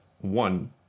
one